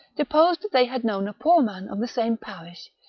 deposed that they had known a poor man of the same parish,